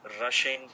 rushing